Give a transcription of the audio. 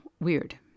weird